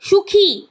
সুখী